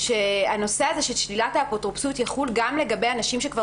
שהנושא של שלילת האפוטרופסות יחול גם לגבי אנשים שכבר